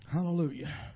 Hallelujah